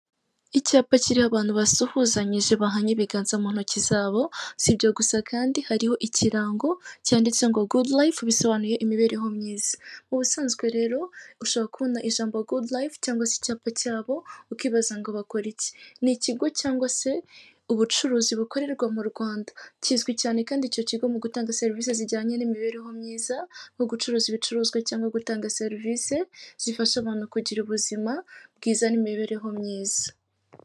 Icyapa kiriho abantu basuhuzanyije bahanye ibiganza mu ntoki zabo si ibyo gusa kandi hariho ikirango cyanditse ngo gudu life bisobanuye imibereho myiza ubusanzwe rero ushobora kubona ijambo gudu life cyangwa se icyapa cyabo ukibaza ngo bakora iki? Ni ikigo cyangwa se ubucuruzi bukorerwa mu rwanda kizwi cyane kandi icyo kigo mu gutanga serivisi zijyanye n'imibereho myiza no gucuruza ibicuruzwa cyangwa gutanga serivisi zifasha abantu kugira ubuzima bwiza n'imibereho myiza.